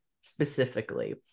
specifically